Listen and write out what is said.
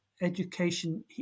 education